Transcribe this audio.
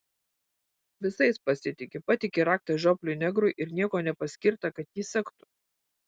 visais pasitiki patiki raktą žiopliui negrui ir nieko nepaskirta kad jį sektų